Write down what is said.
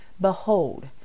Behold